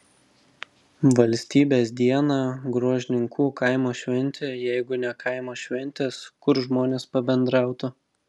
valstybės dieną gruožninkų kaimo šventė jeigu ne kaimo šventės kur žmonės pabendrautų